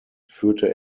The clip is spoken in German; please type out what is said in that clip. führte